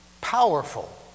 powerful